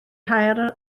nghae